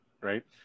Right